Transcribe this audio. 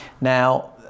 Now